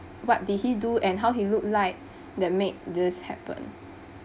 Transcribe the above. what did he do and how he look like that make this happen